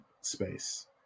space